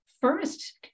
first